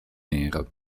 nero